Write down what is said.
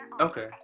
Okay